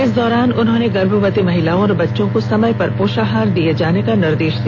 इस दौरान उन्होंने गर्भवती महिलाओं एवं बच्चों को समय पर पोषाहार दिये जाने का निर्देश दिया